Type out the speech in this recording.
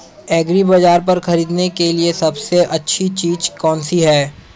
एग्रीबाज़ार पर खरीदने के लिए सबसे अच्छी चीज़ कौनसी है?